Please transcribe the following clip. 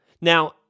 Now